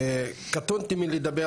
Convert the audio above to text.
קטונתי מלדבר